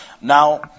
Now